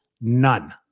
None